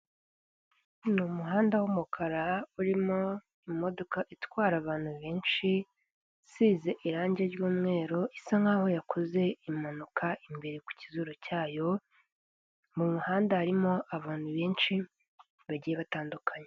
Ni umuhanda w'umukara urimo imodoka itwara abantu benshi isize irangi r'yumweru isa nk'aho yakoze impanuka imbere ku kizuru cyayo, mu muhanda harimo abantu benshi bagiye batandukanye.